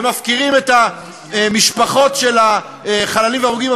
ומפקירים את המשפחות של החללים וההרוגים.